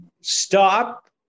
Stop